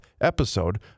episode